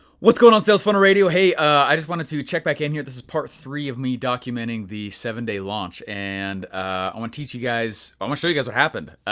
what's going on sales funnel radio. hey, i i just wanted to check back in here, this is part three of me documenting the seven day launch, and i wanna teach you i wanna show you guys what happened.